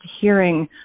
hearing